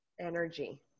energy